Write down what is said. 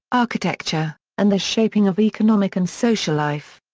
architecture, and the shaping of economic and social life.